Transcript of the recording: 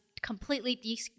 completely